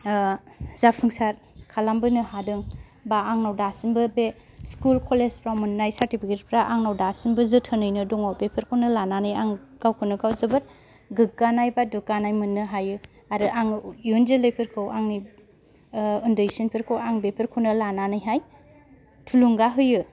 जाफुंसार खालामबोनो हादों बा आंनाव दासिमबो बे स्कुल कलेज फ्राव मोननाय सार्तिफिकेत फ्रा आंनाव दासिमबो जोथोनैनो दङ बेफोरखौनो लानानै आं गावखौनो गाव जोबोद गोग्गानाय बा दुग्गानाय मोननो हायो आरो आं इयुन जोलैफोरखौ आंनि उन्दैसिनफोरखौ आं बेफोरखौनो लानानैहाय थुलुंगा होयो